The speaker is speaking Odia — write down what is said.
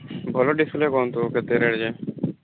ଭଲ ଡିସପ୍ଲେ କୁହନ୍ତୁ କେତେ ରେଟ୍ ଯେ